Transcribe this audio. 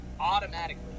automatically